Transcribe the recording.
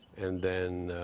and then